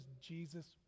Jesus